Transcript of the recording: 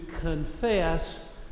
confess